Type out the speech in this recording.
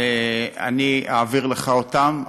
אעביר לך אותם.